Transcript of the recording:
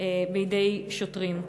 בידי שוטרים.